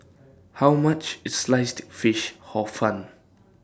How much IS Sliced Fish Hor Fun